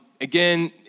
again